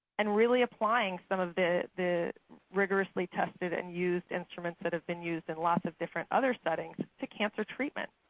and really applying some of the the rigorously tested and used instruments that have been used in lots of different other settings to cancer treatment.